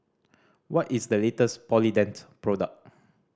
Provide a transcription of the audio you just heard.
what is the latest Polident product